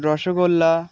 rasgulla